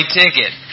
ticket